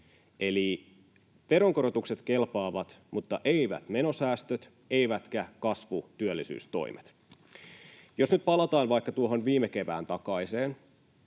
Eli veronkorotukset kelpaavat mutta eivät menosäästöt eivätkä kasvu- ja työllisyystoimet. Jos nyt palataan vaikka tuohon viime kevään takaiseen,